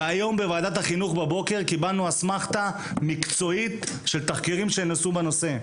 היום בבוקר בוועדת החינוך קיבלנו אסמכתה מקצועית על מחקרים שנעשו בנושא.